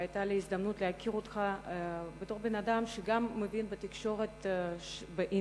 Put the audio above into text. והיתה לי הזדמנות להכיר אותך בתור בן-אדם שגם מבין בתקשורת באינטרנט.